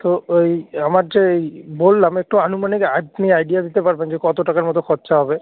তো ওই আমার যে এই বললাম একটু আনুমানিক আইথনি আইডিয়া দিতে পারবেন যে কতো টাকার মতো খরচা হবে